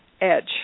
edge